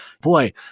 Boy